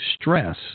stress